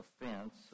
offense